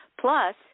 Plus